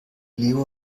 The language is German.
leo